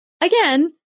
again